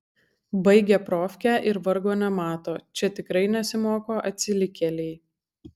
baigia profkę ir vargo nemato čia tikrai nesimoko atsilikėliai